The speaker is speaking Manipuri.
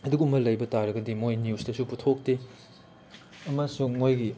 ꯑꯗꯨꯒꯨꯝꯕ ꯂꯩꯕ ꯇꯥꯔꯒꯗꯤ ꯃꯣꯏ ꯅ꯭ꯌꯨꯁꯇꯁꯨ ꯄꯨꯊꯣꯛꯇꯦ ꯑꯃꯁꯨꯡ ꯃꯣꯏꯒꯤ